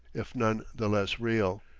if none the less real.